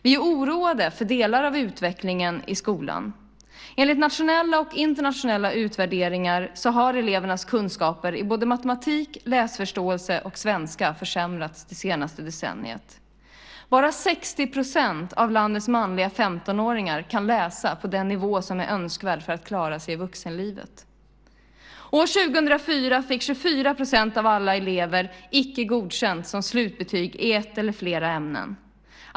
Vi är oroade för delar av utvecklingen i skolan. Enligt nationella och internationella utvärderingar har elevernas kunskaper i matematik, läsförståelse och svenska försämrats det senaste decenniet. Bara 60 % av landets manliga 15-åringar kan läsa på den nivå som är önskvärd för att man ska klara sig i vuxenlivet. År 2004 fick 24 % av alla elever Icke godkänd som slutbetyg i ett eller flera ämnen.